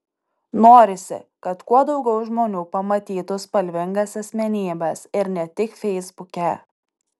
norisi kad kuo daugiau žmonių pamatytų spalvingas asmenybes ir ne tik feisbuke